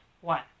One